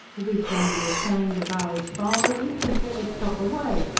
if e's goin to be ashamed of ow is father lives, e'd better stop away.